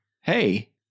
hey